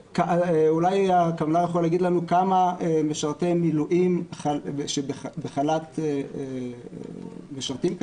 אולי הקמנ"ר יכול להגיד לנו כמה משרתי מילואים בחל"ת משרתים כעת?